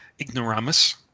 ignoramus